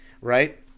Right